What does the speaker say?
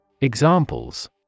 Examples